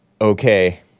Okay